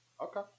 Okay